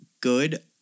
good